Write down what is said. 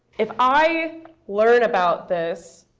if i learn about this,